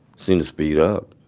seemed to speed up.